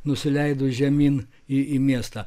nusileidus žemyn į į miestą